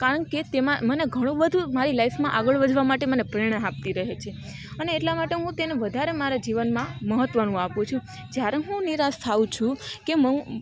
કારણ કે તેમાં મને ઘણું બધું મારી લાઈફમાં આગળ વધવા માટે મને પ્રેરણા આપતી રહે છે અને એટલા માટે હું તેને વધારે મારા જીવનમાં મહત્ત્વનું આપું છું જ્યારે હું નિરાશ થાઉં છું કે મઉ